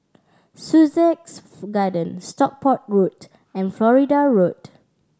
Sussex Garden Stockport Road and Florida Road